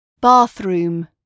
bathroom